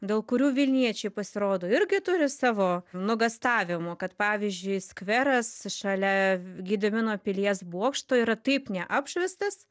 dėl kurių vilniečiai pasirodo irgi turi savo nuogąstavimų kad pavyzdžiui skveras šalia gedimino pilies bokšto yra taip neapšviestas